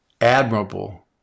admirable